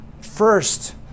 first